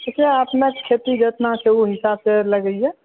ठीके अपना खेती जेतना छै ओहिहिसाबसँ लगैए